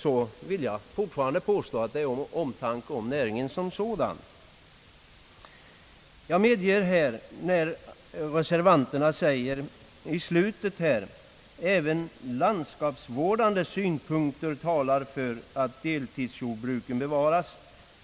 så vill jag fortfarande påstå att det är av omtanke om näringen som sådan. Det är ett bestickande resonemang som reservanterna för när de säger: »Även landskapsvårdssynpunkter talar för att deltidsjordbruken bevaras.